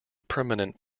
permanent